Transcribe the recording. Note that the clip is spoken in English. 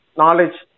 knowledge